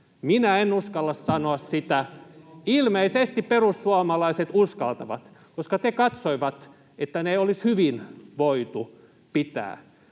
Minä en uskalla sanoa sitä. Ilmeisesti perussuomalaiset uskaltavat, koska he katsoivat, [Mika Niikon välihuuto]